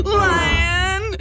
lion